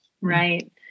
Right